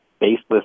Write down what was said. baseless